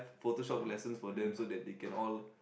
photoshop lessons for them so that they can all